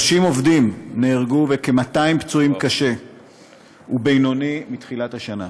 30 עובדים נהרגו וכ-200 פצועים קשה ובינוני מתחילת השנה,